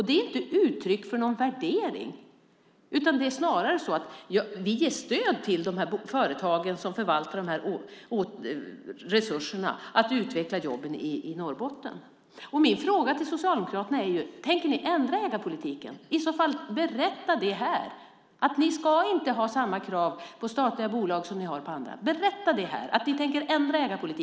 Det är inte uttryck för någon värdering, utan det är snarare så att vi ger stöd till de företag som förvaltar de här resurserna för att utveckla jobben i Norrbotten. Min fråga till Socialdemokraterna är: Tänker ni ändra ägarpolitiken? Berätta det i så fall här! Berätta att ni inte ska ha samma krav på statliga bolag som ni har på andra! Berätta att ni tänker ändra ägarpolitiken!